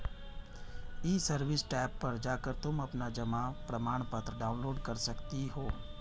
ई service tab पर जाकर तुम अपना जमा प्रमाणपत्र डाउनलोड कर सकती हो